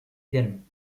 ederim